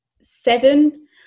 seven